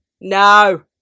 no